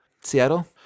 Seattle